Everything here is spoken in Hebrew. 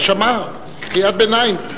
הוא שמע, קריאת ביניים.